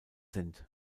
sind